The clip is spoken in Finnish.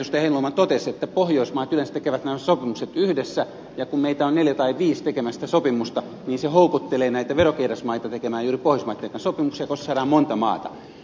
heinäluoma totesi että pohjoismaat yleensä tekevät nämä sopimukset yhdessä ja kun meitä on neljä tai viisi tekemässä sitä sopimusta niin se houkuttelee näitä verokeidasmaita tekemään juuri pohjoismaitten kanssa sopimuksia koska saadaan monta maata